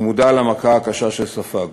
ומודע למכה הקשה שספג.